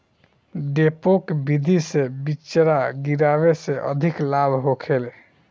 डेपोक विधि से बिचरा गिरावे से अधिक लाभ होखे?